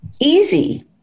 Easy